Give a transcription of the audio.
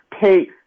pay